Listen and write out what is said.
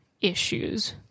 issues